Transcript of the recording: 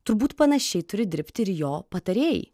turbūt panašiai turi dirbti ir jo patarėjai